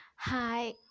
Hi